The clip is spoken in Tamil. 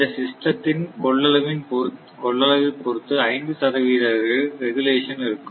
இந்த சிஸ்டத்தின் கொள்ளளவை பொறுத்து 5 சதவிகித ரெகுலேசன் இருக்கும்